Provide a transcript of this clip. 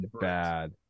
bad